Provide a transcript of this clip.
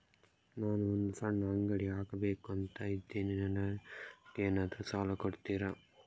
ನಾನು ಒಂದು ಸಣ್ಣ ಅಂಗಡಿ ಹಾಕಬೇಕುಂತ ಇದ್ದೇನೆ ನಂಗೇನಾದ್ರು ಸಾಲ ಕೊಡ್ತೀರಾ?